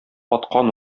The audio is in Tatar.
аткан